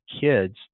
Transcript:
kids